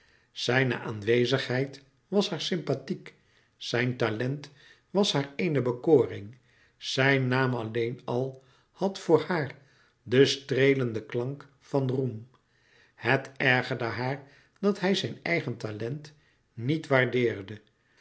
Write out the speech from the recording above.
zijne aanwezigheid was haar sympathiek zijn talent was haar eene bekoring zijn naam alleen al had voor haar den streelenden klank van roem het ergerde haar dat hij zijn eigen talent niet waardeerde